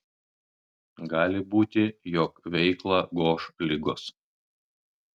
gali būti jog veiklą goš ligos